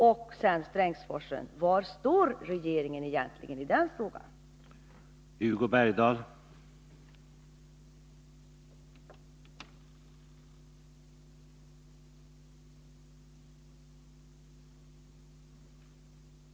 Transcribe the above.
Och var står regeringen egentligen när det gäller Strängsforsen?